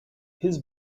his